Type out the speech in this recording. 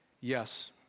Yes